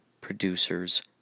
producers